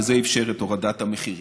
וזה אפשר את הורדת המחירים.